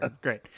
Great